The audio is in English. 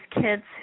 kids